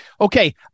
okay